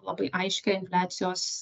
labai aiškią infliacijos